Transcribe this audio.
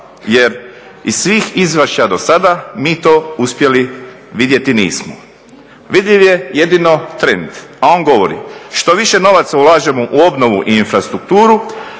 jer iz svih izvještaja do sada mi to uspjeli vidjeti nismo. Vidljiv je jedino trend, a on govori što više novaca ulažemo u obnovu i infrastrukturu,